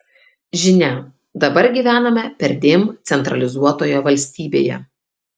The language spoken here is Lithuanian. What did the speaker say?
žinia dabar gyvename perdėm centralizuotoje valstybėje